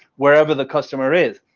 wherever the customer is.